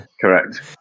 correct